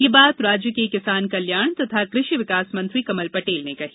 ये बात राज्य के किसान कल्याण तथा कृषि विकास मंत्री कमल पटेल ने कही